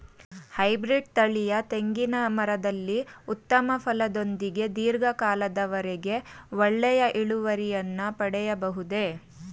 Hybrid ತಳಿಯ ತೆಂಗಿನ ಮರದಲ್ಲಿ ಉತ್ತಮ ಫಲದೊಂದಿಗೆ ಧೀರ್ಘ ಕಾಲದ ವರೆಗೆ ಒಳ್ಳೆಯ ಇಳುವರಿಯನ್ನು ಪಡೆಯಬಹುದೇ?